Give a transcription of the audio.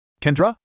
Kendra